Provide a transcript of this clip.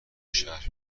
شهر